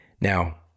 Now